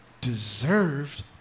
deserved